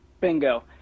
Bingo